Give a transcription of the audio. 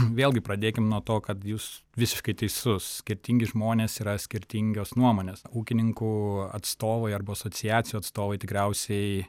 vėlgi pradėkim nuo to kad jūs visiškai teisus skirtingi žmonės yra skirtingios nuomonės ūkininkų atstovai arba asociacijų atstovai tikriausiai